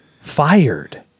fired